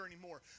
anymore